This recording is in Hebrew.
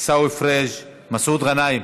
עיסאווי פריג'; מסעוד גנאים.